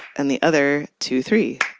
and the other two-three,